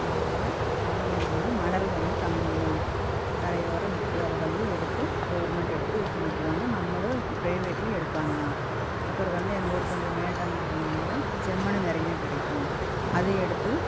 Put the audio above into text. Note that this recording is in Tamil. எங்கள் ஊர்ல மழை பெஞ்சதுனா மணல் வந்து தங்குங்க கரையோரம் நிற்கும் அதை வந்து எடுத்து கவர்மெண்ட் எடுத்து இது பண்ணிக்குவாங்க நம்மளும் ப்ரைவேட்லேயும் எடுப்பாங்க அப்புறம் வந்து எங்கள் ஊர் கொஞ்சம் மேட்டாங்காடுங்குறனால செம்மண்ணும் நிறையா கிடைக்கும் அதையும் எடுத்து